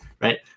right